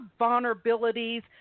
vulnerabilities